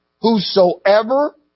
Whosoever